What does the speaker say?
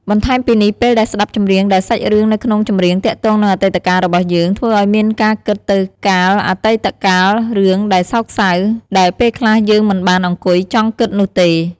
បន្ថែមពីនេះពេលដែលស្តាប់ចម្រៀងដែលសាច់រឿងនៅក្នុងចម្រៀងទាក់ទងនឹងអតីតកាលរបស់យើង ធ្វើឱ្យមានការគិតទៅកាលអតីតកាលរឿងដែលសោកសៅ ដែលពេលខ្លះយើងមិនបានអង្គុយចង់គិតនោះទេ។